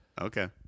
Okay